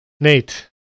Nate